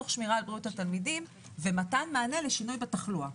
תוך שמירה על בריאות התלמידים ומתן מענה לשינוי בתחלואה.